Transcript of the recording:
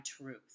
truth